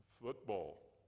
Football